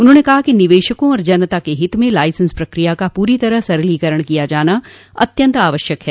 उन्होंने कहा कि निवेशकों और जनता के हित में लाइसेंस प्रक्रिया का पूरी तरह से सरलीकरण किया जाना अत्यन्त आवश्यक है